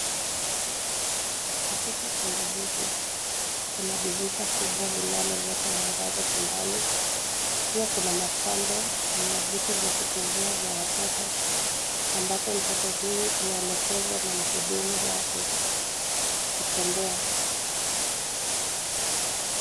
Katika chumba hiki, kuna dirisha kubwa linaloleta mwangaza chumbani. Pia kuna mapambo na vitu vya kuchezea vya watoto ambapo mtoto huyu anaelekezwa na mhudumu wake kutembea.